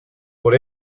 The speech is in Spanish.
por